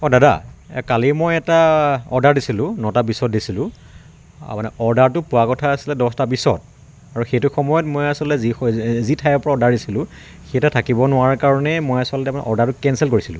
অঁ দাদা কালি মই এটা অৰ্ডাৰ দিছিলোঁ নটা বিছত দিছিলোঁ আপোনাৰ অৰ্ডাৰটো পোৱাৰ কথা আছিলে দছটা বিছত আৰু সেইটো সময়ত মই আচলতে যি ঠাইৰ পৰা অৰ্ডাৰ দিছিলোঁ সেই তাত থাকিব নোৱাৰাৰ কাৰণেই মই আচলতে আপোনাৰ অৰ্ডাৰটো কেনচেল কৰিছিলোঁ